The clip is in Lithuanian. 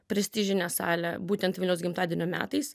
prestižinę salę būtent vilniaus gimtadienio metais